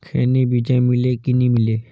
खैनी बिजा मिले कि नी मिले?